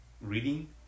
reading